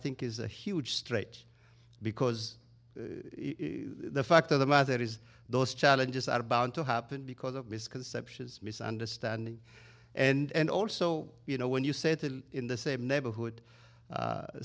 think is a huge stretch because the fact of the matter is those challenges are bound to happen because of misconceptions misunderstanding and also you know when you settle in the same neighborhood